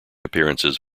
appearances